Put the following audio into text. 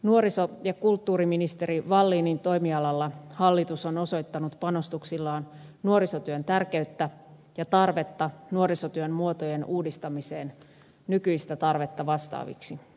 nuoriso ja kulttuuriministeri wallinin toimialalla hallitus on osoittanut panostuksillaan nuorisotyön tärkeyttä ja tarvetta nuorisotyön muotojen uudistamiseen nykyistä tarvetta vastaaviksi